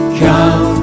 come